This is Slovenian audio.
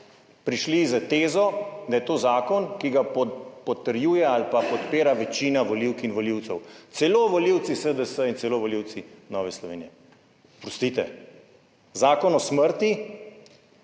prišli s tezo, da je to zakon, ki ga potrjuje ali pa podpira večina volivk in volivcev, celo volivci SDS in celo volivci Nove Slovenije. Oprostite, zakon o smrti